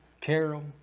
Carol